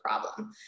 problem